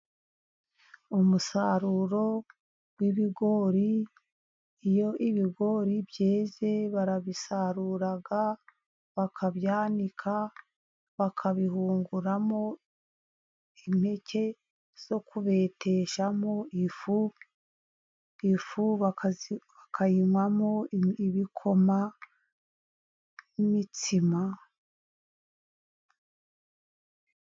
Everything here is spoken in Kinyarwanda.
Umusaruro w'ibigori. Iyo ibigori byeze barabisarura, bakabyanika, bakabihunguramo impeke zo kubeteshamo ifu. Ifu bakayinywamo ibikoma, n'imitsima.